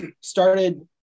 started